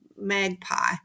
magpie